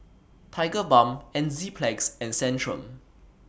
Tigerbalm Enzyplex and Centrum